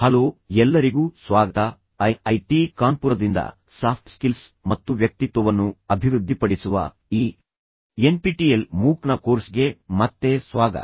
hello ಎಲ್ಲರಿಗೂ ಸ್ವಾಗತ I I T ಕಾನ್ಪುರದಿಂದ ಸಾಫ್ಟ್ ಸ್ಕಿಲ್ಸ್ ಮತ್ತು ವ್ಯಕ್ತಿತ್ವವನ್ನು ಅಭಿವೃದ್ಧಿಪಡಿಸುವ ಈ ಎನ್ಪಿಟಿಇಎಲ್ ಮೂಕ್ನ ಕೋರ್ಸ್ಗೆ ಮತ್ತೆ ಸ್ವಾಗತ